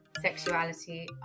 sexuality